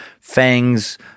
fangs